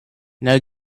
now